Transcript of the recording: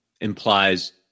implies